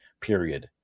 period